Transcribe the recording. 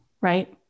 Right